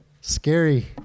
Scary